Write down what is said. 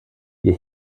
wir